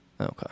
Okay